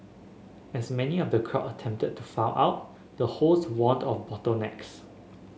as many of the crowd attempted to file out the hosts warned of bottlenecks